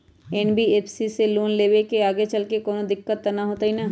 NBFC से loan लेबे से आगेचलके कौनो दिक्कत त न होतई न?